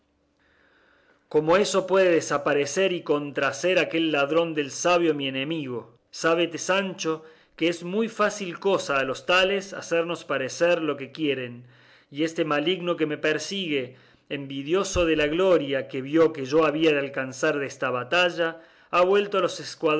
como eso puede desparecer y contrahacer aquel ladrón del sabio mi enemigo sábete sancho que es muy fácil cosa a los tales hacernos parecer lo que quieren y este maligno que me persigue envidioso de la gloria que vio que yo había de alcanzar desta batalla ha vuelto los